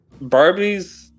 Barbie's